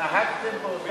נהגתם באותה דרך.